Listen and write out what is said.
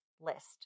list